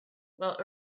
while